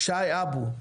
שי אבו,